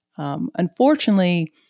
Unfortunately